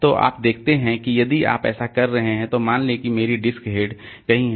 तो आप देखते हैं कि यदि आप ऐसा कर रहे हैं तो मान लें कि मेरी डिस्क हेड कहीं है